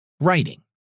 writing